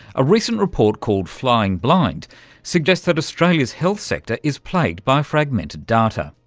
a recent report called flying blind suggests that australia's health sector is plagued by fragmented data.